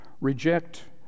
reject